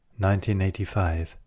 1985